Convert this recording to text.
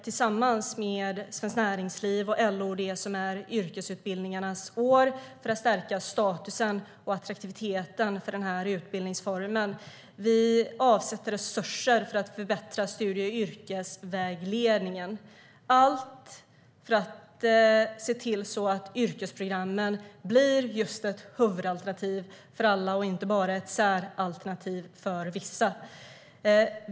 Tillsammans med Svenskt Näringsliv och LO inför vi yrkesutbildningarnas år för att stärka statusen och attraktiviteten hos denna utbildningsform. Vi avsätter resurser för att förbättra studie och yrkesvägledningen. Allt detta gör vi för att se till att yrkesprogrammen blir ett huvudalternativ för alla, inte bara ett säralternativ för vissa.